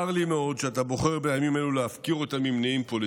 צר לי מאוד שאתה בוחר בימים אלה להפקיר אותם ממניעים פוליטיים.